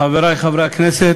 חברי חברי הכנסת,